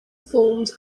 formed